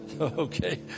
Okay